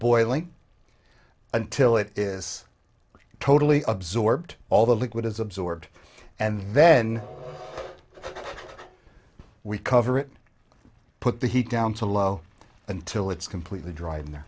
boiling until it is totally absorbed all the liquid is absorbed and then we cover it put the heat down to low until it's completely dri